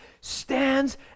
stands